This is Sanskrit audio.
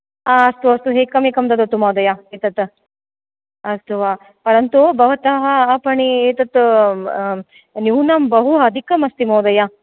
अस्तु अस्तु एकम् एकं ददातु महोदय एतद् अस्तु वा परन्तु भवतः आपणे एतद् न्यूनं बहु अधिकम् अस्ति महोदय